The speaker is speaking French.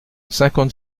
cinquante